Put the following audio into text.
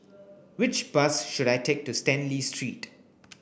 which bus should I take to Stanley Street